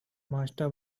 master